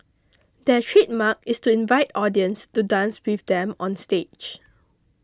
their trademark is to invite audience to dance with them onstage